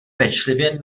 pečlivě